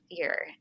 fear